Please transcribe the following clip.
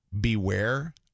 beware